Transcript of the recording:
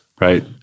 right